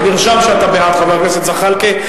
נרשם שאתה בעד, חבר הכנסת זחאלקה.